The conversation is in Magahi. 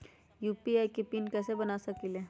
यू.पी.आई के पिन कैसे बना सकीले?